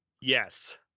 yes